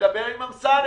דבר עם אמסלם,